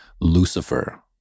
Lucifer